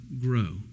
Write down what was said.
grow